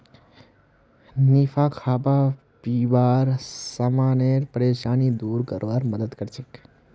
निफा खाबा पीबार समानेर परेशानी दूर करवार मदद करछेक